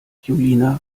julina